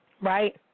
right